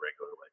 regularly